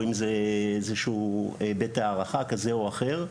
או אם זה איזשהו בית ההארחה כזה או אחר.